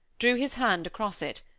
drew his hand across it,